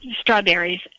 strawberries